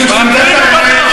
משום שאני אומר את האמת,